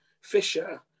Fisher